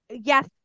yes